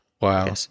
Wow